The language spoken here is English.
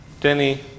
Denny